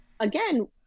again